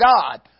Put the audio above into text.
God